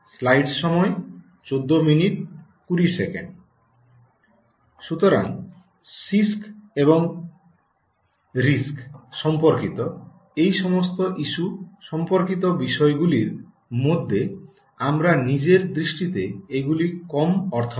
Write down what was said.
সুতরাং সিআইএসসি এবং আরআইএসসি সম্পর্কিত এই সমস্ত ইস্যু সম্পর্কিত বিষয়গুলির মধ্যে আমার নিজের দৃষ্টিতে এগুলি কম অর্থবহ